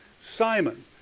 Simon